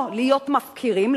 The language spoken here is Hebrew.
או להיות מפקירים,